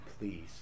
please